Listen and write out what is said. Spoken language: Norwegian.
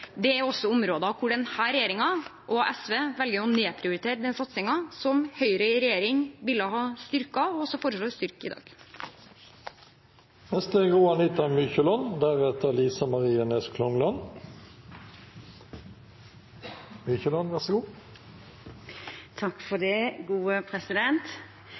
Det er også områder hvor denne regjeringen og SV velger å nedprioritere den satsingen som Høyre i regjering ville ha styrket, og også foreslår å styrke i dag. I kveld vedtar flertallet på Stortinget et nytt budsjett, og jeg er glad for